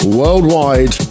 worldwide